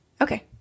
okay